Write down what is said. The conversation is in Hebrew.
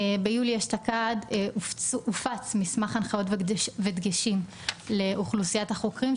ביולי אשתקד הופץ מסמך הנחיות ודגשים לאוכלוסיית החוקרים,